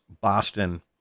Boston